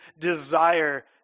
desire